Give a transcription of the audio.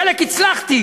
בחלק הצלחתי,